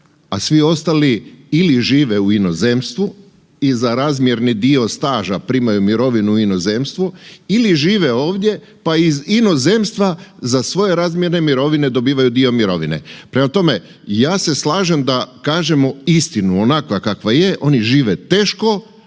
a svi ostali ili žive u inozemstvu i za razmjerni dio staža primaju mirovinu u inozemstvu ili žive ovdje pa iz inozemstva za svoje razmjerne mirovine dobivaju dio mirovine. Prema tome, ja se slažem da kažemo istinu onakva kakva je, oni žive teško